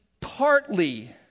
partly